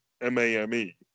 M-A-M-E